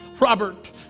Robert